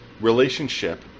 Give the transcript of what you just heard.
relationship